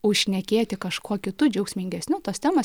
užšnekėti kažkuo kitu džiaugsmingesniu tos temos